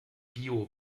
bio